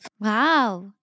Wow